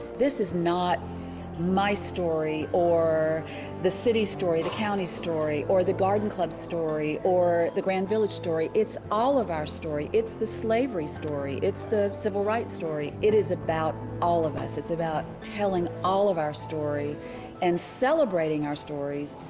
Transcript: this is not my story or the city's story, the county's story or the garden club's story, or the grand village story. it's all of our story. it's the slavery story, it's the civil rights story. it is about all of us. it's about telling all of our story and celebrating our stories,